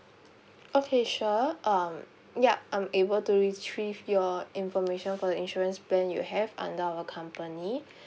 okay sure um yup I'm able to retrieve your information for the insurance plan you have under our company